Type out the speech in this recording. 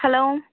hello